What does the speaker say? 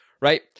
Right